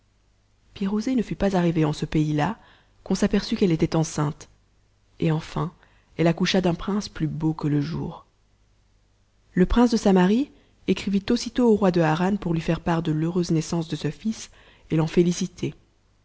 pirouzé ne fut pas arrivée en ce pays-là qu'on s'aperçut qu'elle était enceinte et enfin elle accoucha d'un prince plus beau que le jour le prince de samarie écrivit aussitôt au roi de harran pour lui faire part de l'heureuse naissance de ce fils et l'en féliciter